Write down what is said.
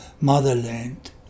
motherland